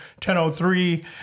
1003